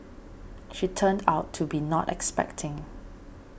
she turned out to be not expecting